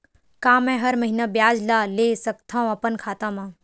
का मैं हर महीना ब्याज ला ले सकथव अपन खाता मा?